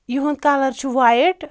یِہُند کَلَر چھُ وایٹ